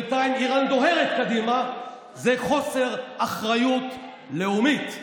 כאשר בינתיים איראן דוהרת קדימה זה חוסר אחריות לאומית.